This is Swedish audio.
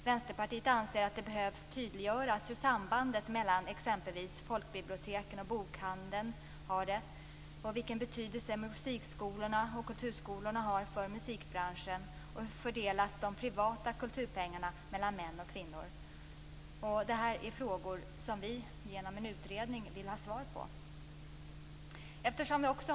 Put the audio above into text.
Vänsterpartiet anser att det behöver tydliggöras hur sambandet mellan exempelvis folkbiblioteken och bokhandeln är och vilken betydelse musikskolorna och kulturskolorna har för musikbranschen och hur de privata kulturpengarna fördelas mellan män och kvinnor. Detta är frågor som vi vill ha svar på genom en utredning.